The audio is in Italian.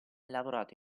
lavorato